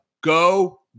Go